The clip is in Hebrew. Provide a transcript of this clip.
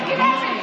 מיקי לוי,